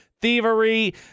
Thievery